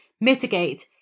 mitigate